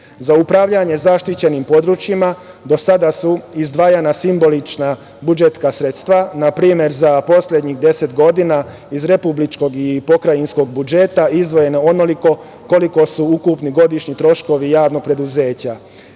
upravljanje zaštićenim područjima do sada su izdvajana simbolična budžetska sredstva. Na primer za poslednjih deset godina iz republičkog i pokrajinskog budžeta izdvojeno je onoliko koliko su ukupni godišnji troškovi javnog preduzeća.